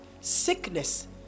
Sickness